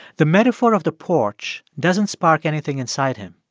the metaphor of the porch doesn't spark anything inside him,